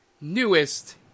newest